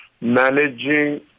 Managing